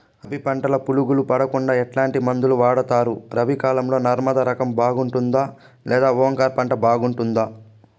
రబి పంటల పులుగులు పడకుండా ఎట్లాంటి మందులు వాడుతారు? రబీ కాలం లో నర్మదా రకం బాగుంటుందా లేదా ఓంకార్ రకం బాగుంటుందా?